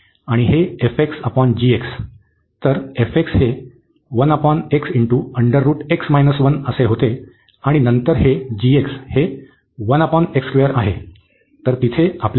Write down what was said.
आणि हे तर हे होते आणि नंतर हे हे आहे तर तिथे आपल्याकडे आहे